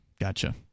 Gotcha